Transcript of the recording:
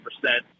percent